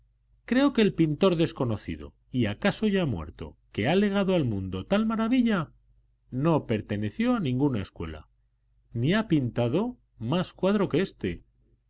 creo que el pintor desconocido y acaso ya muerto que ha legado al mundo tal maravilla no perteneció a ninguna escuela ni ha pintado más cuadro que éste